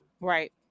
Right